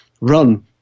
run